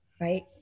right